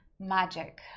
Magic